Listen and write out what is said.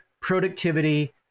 productivity